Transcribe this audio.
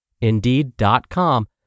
Indeed.com